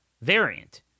variant